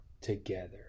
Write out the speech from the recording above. together